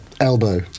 elbow